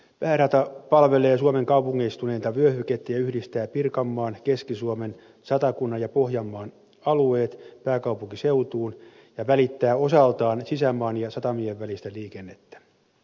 päärata palvelee suomen kaupungistuneita vyöhykkeitä ja yhdistää pirkanmaan keski suomen satakunnan ja pohjanmaan alueet pääkaupunkiseutuun ja välittää osaltaan sisämaan ja satamien välistä liikennettä